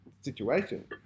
situation